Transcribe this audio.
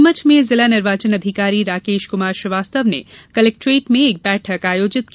नीमच में जिला निर्वाचन अधिकारी राकेश कुमार श्रीवास्तव ने कलेक्ट्रेट में एक बैठक आयोजित की